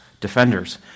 defenders